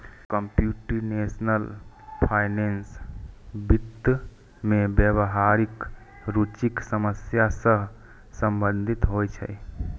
computational finance वित्त मे व्यावहारिक रुचिक समस्या सं संबंधित होइ छै